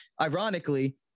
ironically